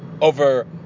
over